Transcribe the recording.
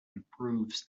improves